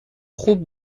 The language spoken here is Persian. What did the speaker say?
خوب